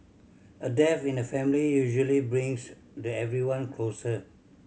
a death in the family usually brings the everyone closer